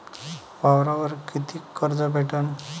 वावरावर कितीक कर्ज भेटन?